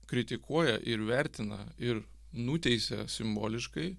kritikuoja ir vertina ir nuteisia simboliškai